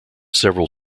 several